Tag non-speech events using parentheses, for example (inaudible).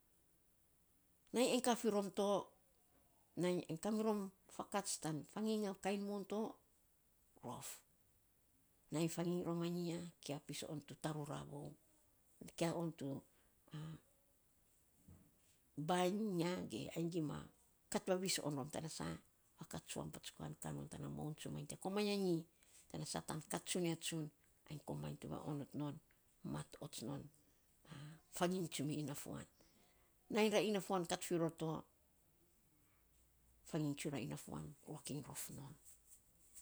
Nainy ainy ka fi rom to, nainy ainy ka mirom fakats tan fanginy a kain mon to, rof. Nainy fanginy roma nyi ya, kia pis on tu tarura vou. Kia on tu (hesitation) bainy iny ya ge ainy gima kat vavis on rom tana sa fakats patsukan tsuam ka non tana moun tsumanyi te komainy anyi. Tana sa, tan kat tsunia tsun, ainy komainy to (unintelligible) mat ots non (hesitation) fanginy tsumi ina fuan. Nainy ra ina fuan kat fi ror to, (noise) fanginy tsura inafuan ruak iny rof non (noise)